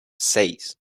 seis